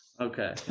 okay